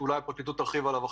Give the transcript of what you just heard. שאולי הפרקליטות תרחיב בו,